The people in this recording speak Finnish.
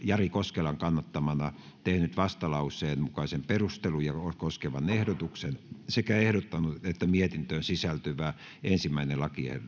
jari koskelan kannattamana tehnyt vastalauseen mukaisen perusteluja koskevan ehdotuksen sekä ehdottanut että mietintöön sisältyvä ensimmäinen